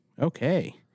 Okay